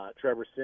Trevor